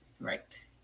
right